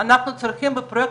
הנחנו שתי חלופות.